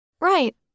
right